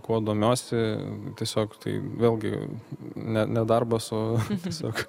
kuo domiuosi tiesiog tai vėlgi ne nedarbas o tiesiog